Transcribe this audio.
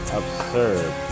absurd